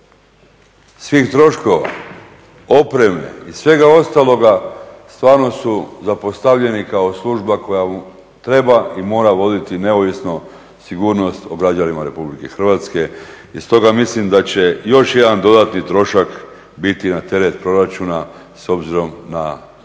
svih troškova, opreme i svega ostaloga stvarno su zapostavljeni kao služba koja treba i mora voditi neovisno sigurnost o građanima Republike Hrvatske. I stoga mislim da će još jedan dodatni trošak biti na teret proračuna s obzirom na silne